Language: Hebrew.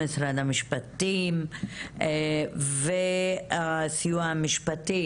משרד המשפטים והסיוע המשפטי.